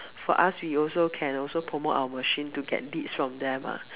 for us we also can also promote our machine to get leads from them lah